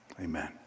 amen